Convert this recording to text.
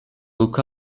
look